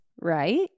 right